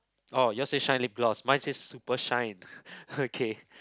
orh yours say shine lip gloss mine says super shine okay